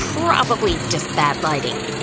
probably just bad lighting.